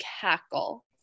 cackle